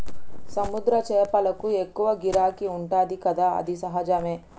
సముద్ర చేపలకు ఎక్కువ గిరాకీ ఉంటది కదా అది సహజమే